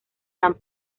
san